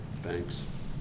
Thanks